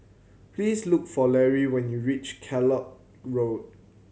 please look for Larry when you reach Kellock Road